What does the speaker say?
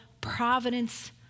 providence